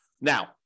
Now